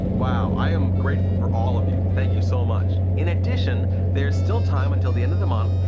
wow! i am grateful for all of you. thank you so much! in addition, there's still time until the end of the month,